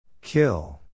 Kill